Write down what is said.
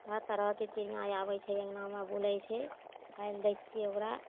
हर तरहके चिड़िआँ आबै छै अङ्गनामे बुलै छै खाइ ले दै छिए ओकरा